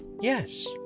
Yes